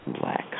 Black